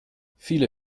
viele